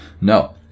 No